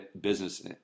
business